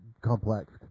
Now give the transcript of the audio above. complex